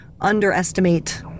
underestimate